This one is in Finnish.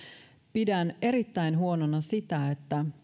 pidän erittäin huonona sitä että